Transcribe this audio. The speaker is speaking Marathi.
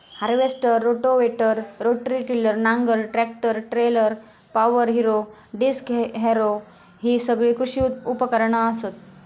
हार्वेस्टर, रोटावेटर, रोटरी टिलर, नांगर, tractor trailer, power harrow, disc harrow हि सगळी कृषी उपकरणा असत